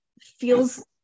feels